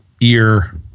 ear